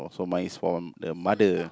so mine is for the mother